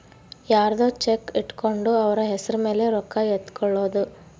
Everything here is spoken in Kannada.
ಯರ್ದೊ ಚೆಕ್ ಇಟ್ಕೊಂಡು ಅವ್ರ ಹೆಸ್ರ್ ಮೇಲೆ ರೊಕ್ಕ ಎತ್ಕೊಳೋದು